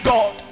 God